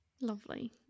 Lovely